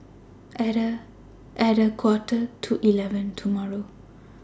At A At A Quarter to eleven tomorrow